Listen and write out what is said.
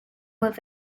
with